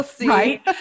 right